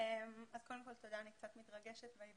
קצת מתרגשת.